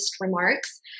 remarks